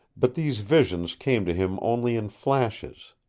but these visions came to him only in flashes.